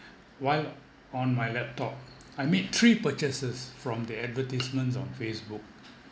while on my laptop I made three purchases from the advertisements on facebook